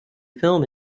film